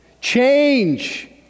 Change